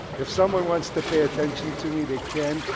if someone wants to pay attention to me they can.